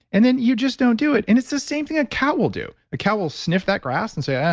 and then you just don't do it. and it's the same thing a cow will do. a cow will sniff that grass and say, ah, yeah